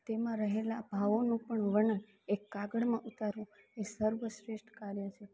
તેમાં રહેલા ભાવોનું પણ વર્ણન એક કાગળમાં ઉતારવું એ સર્વશ્રેષ્ઠ કાર્ય છે